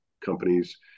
companies